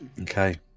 Okay